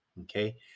Okay